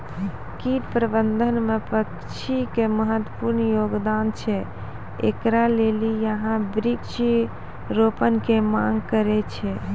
कीट प्रबंधन मे पक्षी के महत्वपूर्ण योगदान छैय, इकरे लेली यहाँ वृक्ष रोपण के मांग करेय छैय?